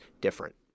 different